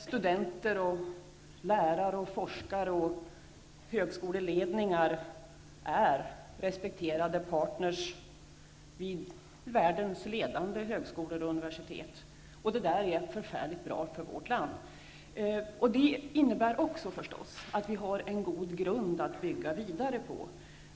Studenter, lärare, forskare och högskoleledningar är respekterade partner vid världens ledande högskolor och universitet, och det är förfärligt bra för vårt land. Det innebär naturligtvis också att vi har en god grund att bygga vidare på.